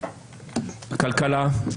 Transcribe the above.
הכלכלה,